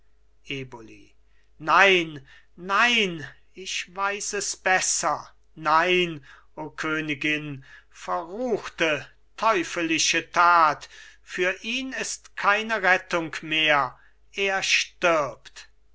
eboli nein nein ich weiß es besser nein o königin verruchte teufelische tat für ihn ist keine rettung mehr er stirbt